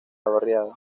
barriada